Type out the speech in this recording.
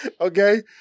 Okay